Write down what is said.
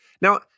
Now